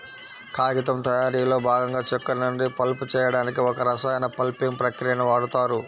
కాగితం తయారీలో భాగంగా చెక్క నుండి పల్ప్ చేయడానికి ఒక రసాయన పల్పింగ్ ప్రక్రియని వాడుతారు